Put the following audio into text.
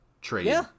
trade